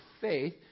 faith